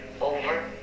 over